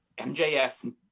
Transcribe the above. MJF